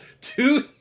two